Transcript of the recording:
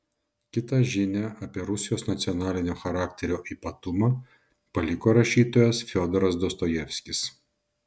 kitą žinią apie rusijos nacionalinio charakterio ypatumą paliko rašytojas fiodoras dostojevskis